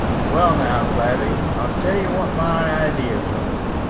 well, now, clavvy, i'll tell you what my ideas are.